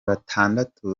batandatu